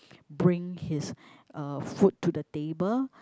bring his uh food to the table